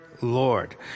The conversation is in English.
Lord